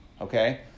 okay